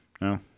no